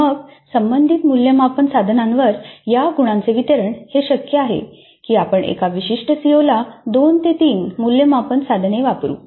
मग संबंधित मूल्यमापन साधनांवर या गुणांचे वितरण हे शक्य आहे की आपण एका विशिष्ट सीओला 2 3 मूल्यमापन साधने वापरू